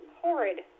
horrid